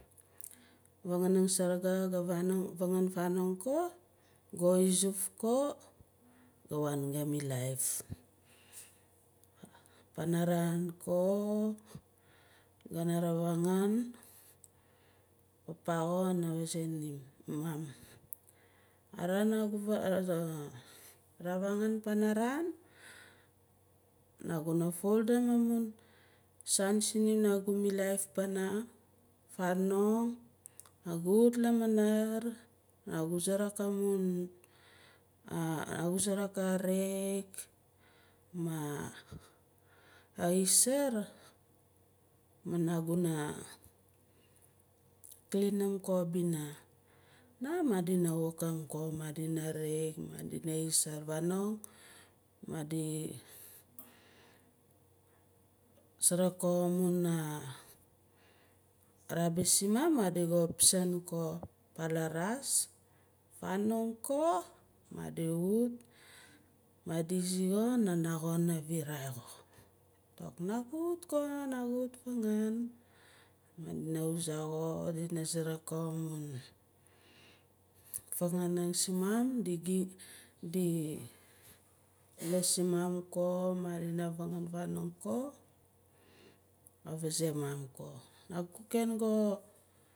Fanganing saraga ga vangan fanong ko- ko izuf ko ga waan ga milaif panaran ko gana navangun papa xo kana vazae nim, mum araan nagu ravangun panaran naguna foldim amum saan sinim nagu milaif pana fanong nagu wut lamanar nagu suruk amun nagu suruk arake ma aiisoar ma naguna klinim ko abina ma madina wokang ko madina rake madina issaar fanong madi suruk ko amun rabis simum madi ko pizin lavas fanong ko madi wut mad zi co nana kana virai xo nagu wut ko nagu wut fangan madina wuza ko dina suruk amun fanganing simum di lis simun ko madina vangan vanong ko ka vazae mum ko nagu ken go